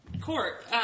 court